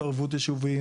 לא צוותי תרבות ישוביים,